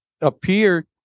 appeared